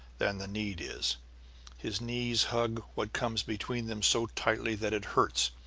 than the need is his knees hug what comes between them so tightly that it hurts,